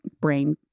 brain